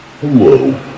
Hello